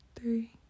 three